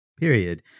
period